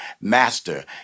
Master